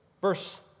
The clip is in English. verse